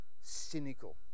cynical